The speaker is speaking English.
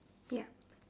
yup